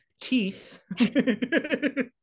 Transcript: teeth